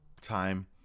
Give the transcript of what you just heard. time